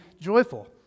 joyful